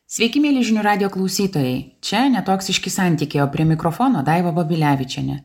sveiki mieli žinių radijo klausytojai čia ne toksiški santykiai o prie mikrofono daiva babilevičienė